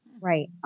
Right